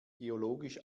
geologisch